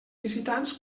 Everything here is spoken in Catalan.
visitants